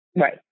Right